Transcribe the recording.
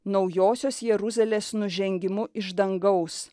naujosios jeruzalės nužengimu iš dangaus